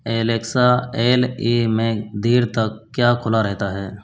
Alexa L A में देर तक क्या खुला रहता है